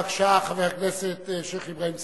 בבקשה, חבר הכנסת שיח' אברהים צרצור,